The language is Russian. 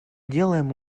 делаем